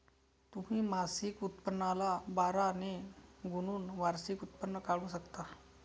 तुम्ही मासिक उत्पन्नाला बारा ने गुणून वार्षिक उत्पन्न काढू शकता